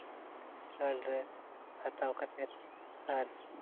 ᱱᱚᱣᱟ ᱰᱨᱮᱥ ᱦᱟᱛᱟᱣ ᱠᱟᱛᱮ ᱟᱨ